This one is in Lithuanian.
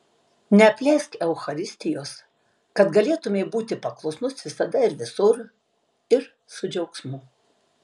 neapleisk eucharistijos kad galėtumei būti paklusnus visada ir visur ir su džiaugsmu